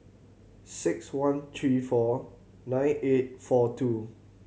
six one three four nine eight four two